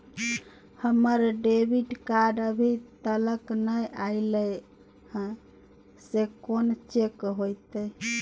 हमर debit card अभी तकल नय अयले हैं, से कोन चेक होतै?